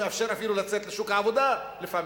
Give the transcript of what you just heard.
לא מאפשרת לצאת אפילו לשוק העבודה לפעמים,